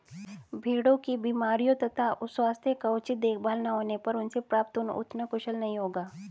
भेड़ों की बीमारियों तथा स्वास्थ्य का उचित देखभाल न होने पर उनसे प्राप्त ऊन उतना कुशल नहीं होगा